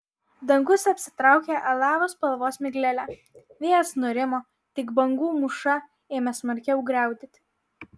dangus apsitraukė alavo spalvos miglele vėjas nurimo tik bangų mūša ėmė smarkiau griaudėti